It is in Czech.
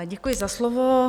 Děkuji za slovo.